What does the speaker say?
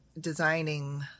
designing